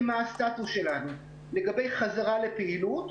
מה הסטטוס שלנו לגבי חזרה לפעילות.